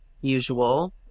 Usual